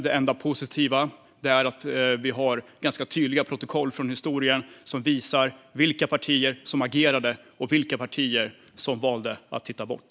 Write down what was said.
Det enda positiva är att vi har ganska tydliga protokoll från historien som visar vilka partier som agerade och vilka partier som valde att titta bort.